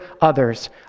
others